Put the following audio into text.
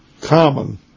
common